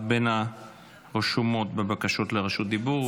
את בין הרשומות לבקשת רשות דיבור,